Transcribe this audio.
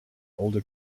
older